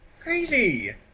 Crazy